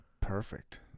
Perfect